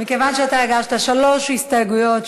מכיוון שאתה הגשת שלוש הסתייגויות,